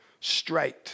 straight